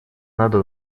надо